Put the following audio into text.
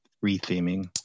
re-theming